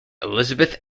elizabeth